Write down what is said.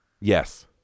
Yes